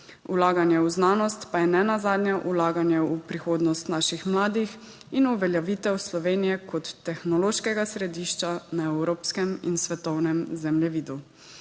Vlaganje v znanost pa je nenazadnje vlaganje v prihodnost naših mladih in uveljavitev Slovenije kot tehnološkega središča na evropskem in svetovnem zemljevidu.